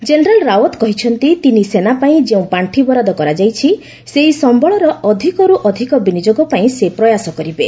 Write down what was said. general Rawat କହିଛନ୍ତି ତିନି ସେନାପାଇଁ ଯେଉଁ ପାର୍ଷି ବରାଦ କରାଯାଇଛି ସେହି ସମ୍ଭଳର ଅଧିକରୁ ଅଧିକ ବିନିଯୋଗ ପାଇଁ ସେ ପ୍ରୟାସ କରିବେ